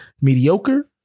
mediocre